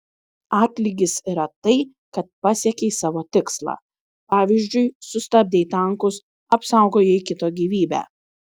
atlygis yra tai kad pasiekei savo tikslą pavyzdžiui sustabdei tankus apsaugojai kito gyvybę